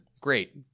Great